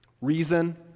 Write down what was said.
reason